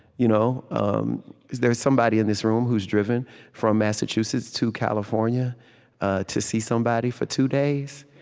you know um is there somebody in this room who's driven from massachusetts to california to see somebody for two days?